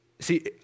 See